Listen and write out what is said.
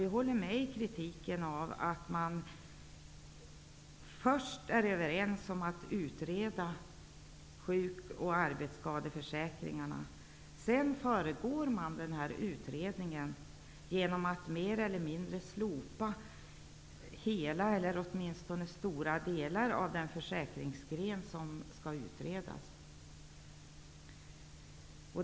Vi håller med i kritiken av det faktum att man först är överens om att utreda sjuk och arbetsskadeförsäkringarna och sedan föregår denna utredning genom att mer eller mindre slopa hela eller åtminstone stora delar av den försäkringsgren som skall utredas.